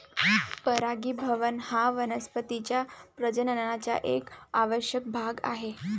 परागीभवन हा वनस्पतीं च्या प्रजननाचा एक आवश्यक भाग आहे